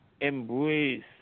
embrace